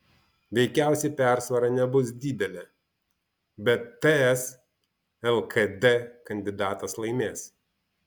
veikiausiai persvara nebus didelė bet ts lkd kandidatas laimės